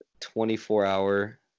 24-Hour